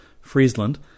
Friesland